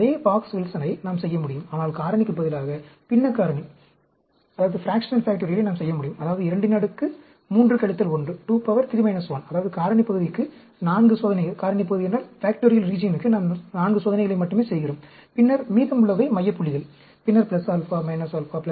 அதே பாக்ஸ் வில்சனை நாம் செய்ய முடியும் ஆனால் காரணிக்கு பதிலாக பின்ன காரணியை நாம் செய்ய முடியும் அதாவது 23 1 அதாவது காரணி பகுதிக்கு 4 சோதனைகளை மட்டுமே செய்கிறோம் பின்னர் மீதமுள்ளவை மைய புள்ளிகள் பின்னர் α α α α α α